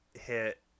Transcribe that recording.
hit